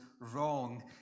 wrong